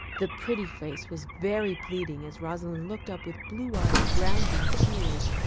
the pretty face was very pleading as rosalind looked up with blue eyes drowned in tears.